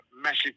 massive